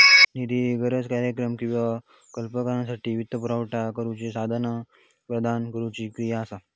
निधी ही गरज, कार्यक्रम किंवा प्रकल्पासाठी वित्तपुरवठा करुक संसाधना प्रदान करुची क्रिया असा